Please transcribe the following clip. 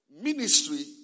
Ministry